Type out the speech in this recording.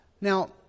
Now